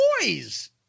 boys